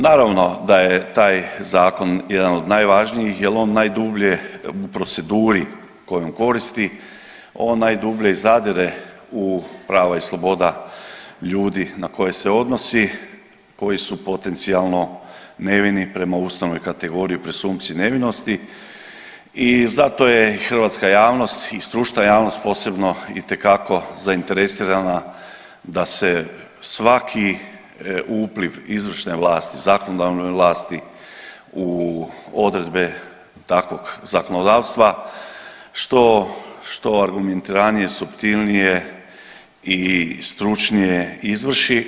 Naravno da je taj zakon jedan od najvažnijih jer on najdublje u proceduri kojom koristi, on najdublje i zadire u prava i sloboda ljudi na koje se odnosi, koji su potencijalno nevini prema ustavnoj kategoriji presumpcije nevinosti i zato je i hrvatska javnost i stručna posebno itekako zainteresirana da se svaki upliv izvršne vlasti, zakonodavne vlasti u odredbe takvog zakonodavstva što, što argumentiranje, suptilnije i stručnije izvrši.